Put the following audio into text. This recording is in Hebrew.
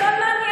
תדברו על הדיון,